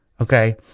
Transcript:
Okay